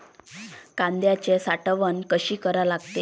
कांद्याची साठवन कसी करा लागते?